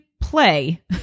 play